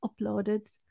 uploaded